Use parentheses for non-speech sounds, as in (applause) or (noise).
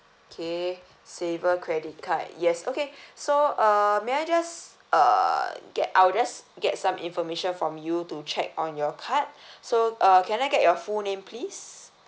okay saver credit card yes okay (breath) so uh may I just uh get I'll just get some information from you to check on your card (breath) so uh can I get your full name please